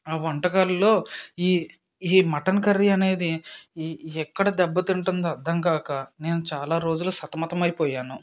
ఆ వంటకాల్లో ఈ ఈ మటన్ కర్రీ అనేది ఈ ఎక్కడ దెబ్బతింటుందో అర్థం కాక నేను చాలా రోజులు సతమతమైపోయాను